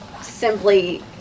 simply